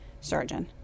surgeon